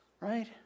right